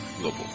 Global